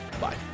Bye